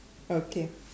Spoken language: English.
okay